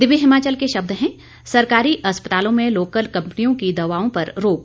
दिव्य हिमाचल के शब्द हैं सरकारी अस्पतालों में लोकल कंपनियों की दवाओं पर रोक